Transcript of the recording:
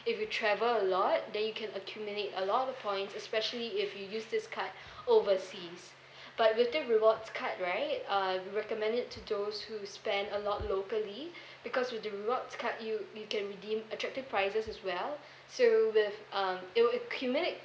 if you travel a lot then you can accumulate a lot of points especially if you use this card overseas but with the rewards card right uh we recommend it to those who spend a lot locally because with the rewards card you you can redeem attractive prizes as well so with um it will accumulate